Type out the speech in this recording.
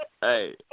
Hey